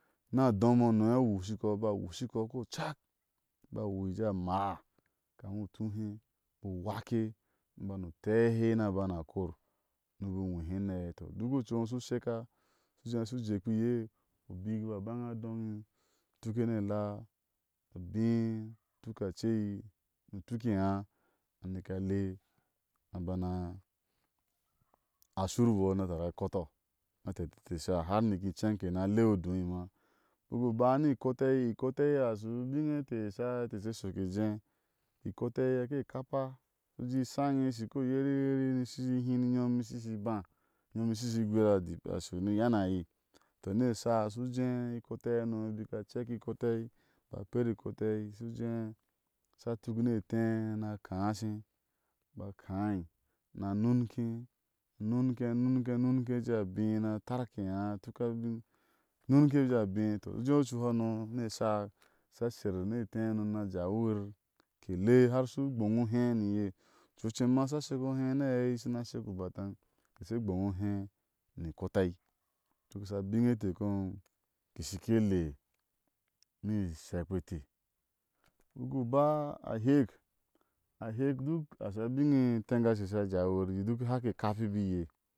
Ni a adom hano a wui shio kɔ a baa wuishi kɔ. ko cak, aba a wui ajé a amaa, kami u tóó he, u jé wake, ni u bani tehe ni a ban a kɔr ni u ba i u nwɛhe ni aɛi. tɔ duk ocu iŋou shu sheka su jé u shuje kpá e iye u bik, bika baŋa a doŋi u uke ni ela abé u tuk a acéi, ni u tuk ɛáá a. neke. a le ni a. bana a shurbɔɔ ni a tari a kɔtɔ, ni a tɛti ɛte esha, har ni ki inceŋ kena leo udóimə. bik u ba ni ikɔtai, ikɔtai ikɔtai ashi u biŋe inte sheshɔk ke jé. ikɔtai saka ekapa ushu ishaŋe isɔ kɔ yeri yeri ni isho shi hin, inyom i sho shi ba, inyom i shoshi igwira ashɔ ni u yenayi. tɔni esha ushi u jéé ikɔtai hano, bik ka cek ikɔ tai, aba per ikɔtai, a sha tuk ni ɛté ni a. akaá. shé aba káái ni a nunké a nunké. a nunké banunké a jeá abé ni a tarke eaá a tuk a bin a nunké a je a abé. tɔ iŋo jé u ocuhano, ni esha asha sher ni ehé hano, ni a awirir kede har shu gboŋa ode ni iye acu com ma asha shek o ohé ni aɛi ashina sheku bataŋ, ke she gboŋa ohé ni ikɔtai. duk asha bin e ete kom ke shike le ni ishɛkpi ete bik u ku ba a hɛk ahek duk, asha biŋe itɛŋgashe asha jawi yir, duk hake e kapa bi iye